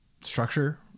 structure